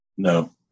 No